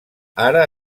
ara